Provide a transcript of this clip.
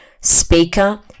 speaker